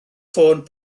ffôn